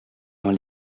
dans